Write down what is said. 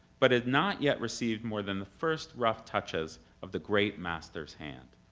but had not yet received more than the first rough touches of the great master's hand.